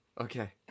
Okay